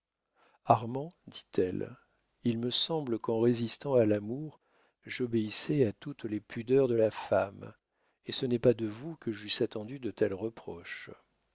armand dit-elle il me semble qu'en résistant à l'amour j'obéissais à toutes les pudeurs de la femme et ce n'est pas de vous que j'eusse attendu de tels reproches